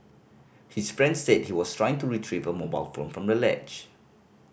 his friend said he was trying to retrieve a mobile phone from the ledge